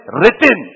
written